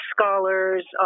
scholars